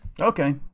okay